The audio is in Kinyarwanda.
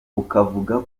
bukavuga